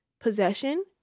possession